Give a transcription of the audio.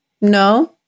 No